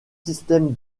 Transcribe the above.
système